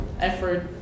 effort